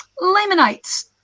Lamanites